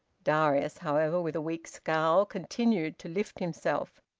darius, however, with a weak scowl, continued to lift himself,